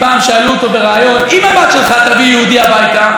פעם שאלו אותו בריאיון: אם הבת שלך תביא יהודי הביתה,